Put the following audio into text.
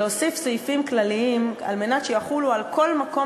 להוסיף סעיפים כלליים כדי שיחולו על כל מקום